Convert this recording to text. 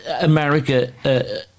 America